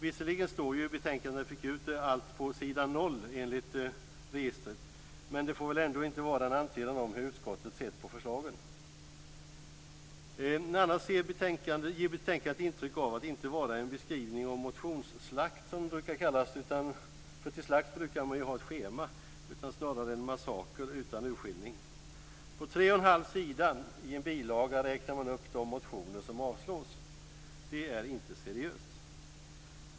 Visserligen står ju allt i betänkandet på sidan 0, enligt registret, men det får väl inte vara en antydan om hur utskottet har sett på förslagen. Betänkandet ger intryck av att inte vara en beskrivning av motionsslakt, som det brukar kallas - till slakt brukar man ju ha ett schema - utan snarare en massaker utan urskillning. På tre och en halv sida i en bilaga räknar man upp de motioner som avstyrkts. Det är inte seriöst.